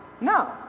No